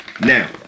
now